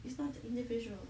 it's not the individual